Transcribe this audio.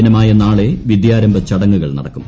ദിനമായ നാളെ വിദ്യാരംഭ ചടങ്ങുകൾ നടക്കും